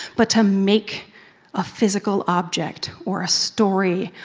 but to make a physical object, or a story,